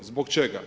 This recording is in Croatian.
Zbog čega?